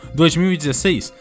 2016